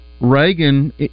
Reagan